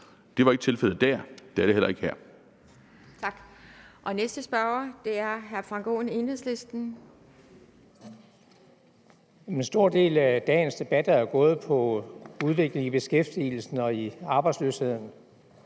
Det var ikke tilfældet der, og det er det heller ikke her.